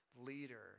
leader